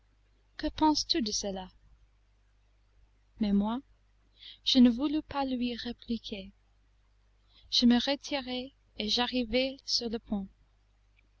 que penses-tu de cela mais moi je ne voulus pas lui répliquer je me retirai et j'arrivai sur le pont